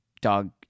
dog